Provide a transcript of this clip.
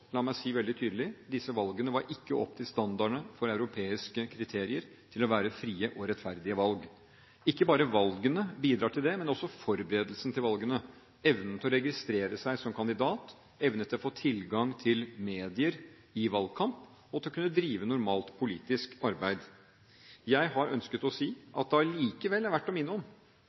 La meg si veldig tydelig: Disse valgene nådde ikke opp til standardene som er europeiske kriterier for å være frie og rettferdige valg. Ikke bare valgene bidrar til det, men også forberedelsene til valgene, evnen til å registrere seg som kandidat, evnen til å få tilgang til medier i valgkamp og til å kunne drive normalt politisk arbeid. Jeg har ønsket å si at det allikevel er verdt å minne om